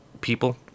people